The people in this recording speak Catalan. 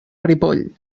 ripoll